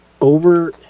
over